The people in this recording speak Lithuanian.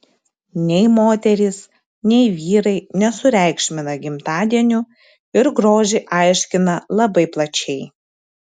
nei moterys nei vyrai nesureikšmina gimtadienių ir grožį aiškina labai plačiai